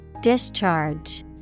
Discharge